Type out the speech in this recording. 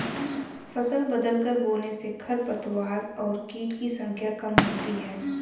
फसल बदलकर बोने से खरपतवार और कीट की संख्या कम होती है